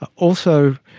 ah also